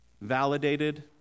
validated